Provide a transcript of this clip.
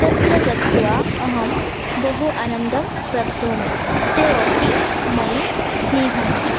तत्र गत्वा अहं बहु आनन्दं प्राप्नोमि ते अपि मयि स्निह्यन्ति